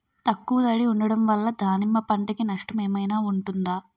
ఎక్కువ తడి ఉండడం వల్ల దానిమ్మ పంట కి నష్టం ఏమైనా ఉంటుందా?